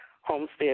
Homestead